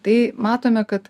tai matome kad